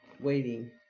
Waiting